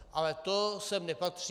Ale to sem nepatří.